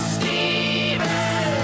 Steven